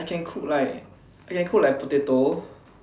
I can cook like I can cook like potato